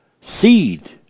seed